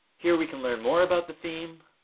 here we can learn more about the theme,